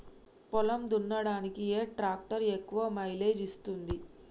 పొలం దున్నడానికి ఏ ట్రాక్టర్ ఎక్కువ మైలేజ్ ఇస్తుంది?